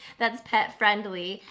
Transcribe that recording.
that's pet-friendly,